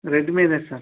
Redmi ಇದೆ sir